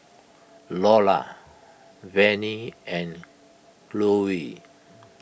Lolla Vannie and Chloe